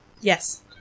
Yes